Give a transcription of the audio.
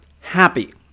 happy